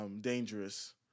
Dangerous